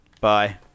bye